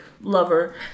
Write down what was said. lover